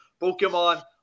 Pokemon